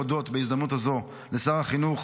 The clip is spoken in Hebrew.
בהזדמנות הזו אני מבקש להודות לשר החינוך,